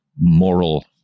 moral